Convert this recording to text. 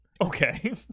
Okay